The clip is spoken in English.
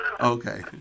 Okay